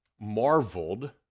marveled